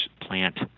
plant